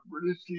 British